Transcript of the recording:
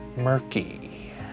murky